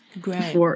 Great